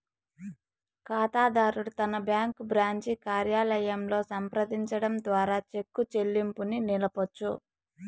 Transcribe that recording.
కాతాదారుడు తన bank branch కార్యాలయంలో సంప్రదించడం ద్వారా చెక్కు చెల్లింపుని నిలపొచ్చు